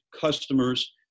customers